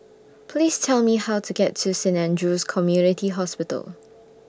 Please Tell Me How to get to Saint Andrew's Community Hospital